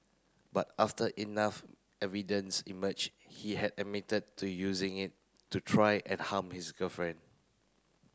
but after enough evidence emerged he had admitted to using it to try and harm his girlfriend